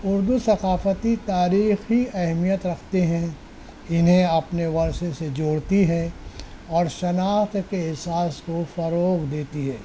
اردو ثقافتی تاریخی اہمیت رکھتے ہیں انہیں اپنے ورثے سے جوڑتی ہے اور شناخت کے احساس کو فروغ دیتی ہے